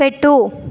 పెట్టు